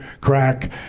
crack